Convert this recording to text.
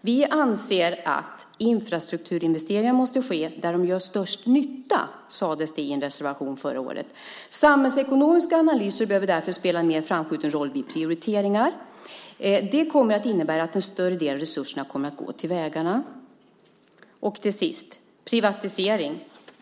Vi anser att infrastrukturinvesteringar måste ske där de gör störst nytta, sades det i en reservation förra året. Samhällsekonomiska analyser behöver därför spela en mer framskjuten roll vid prioriteringar. Det kommer att innebära att en större del av resurserna kommer att gå till vägarna. För det tredje, och till sist, gäller det privatisering.